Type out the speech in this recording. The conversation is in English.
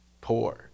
poor